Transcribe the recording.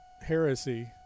heresy